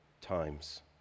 times